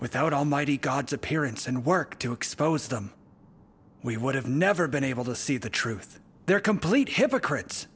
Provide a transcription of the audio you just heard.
without almighty god's appearance and work to expose them we would have never been able to see the truth their complete hypocrites